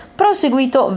proseguito